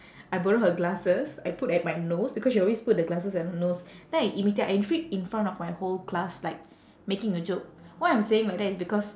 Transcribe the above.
I borrow her glasses I put at my nose because she always put the glasses at her nose then I imitate I in fr~ in front of my whole class like making a joke why I'm saying like that is because